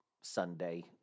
Sunday